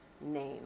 name